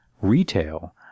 Retail